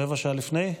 רבע שעה לפני?